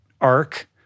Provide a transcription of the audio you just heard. arc